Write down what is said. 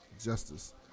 justice